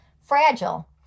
fragile